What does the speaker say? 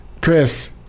Chris